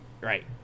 Right